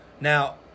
Now